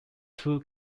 two